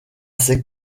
ses